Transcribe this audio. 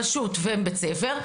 הרשות ובית הספר,